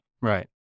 Right